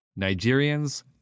Nigerians